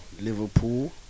Liverpool